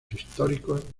históricos